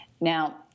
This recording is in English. Now